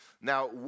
Now